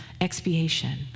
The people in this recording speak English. expiation